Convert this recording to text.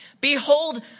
Behold